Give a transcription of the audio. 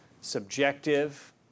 subjective